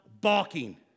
balking